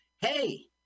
hey